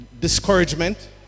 discouragement